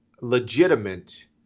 legitimate